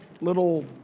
little